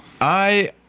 I